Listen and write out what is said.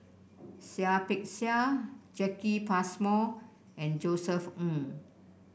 Seah Peck Seah Jacki Passmore and Josef Ng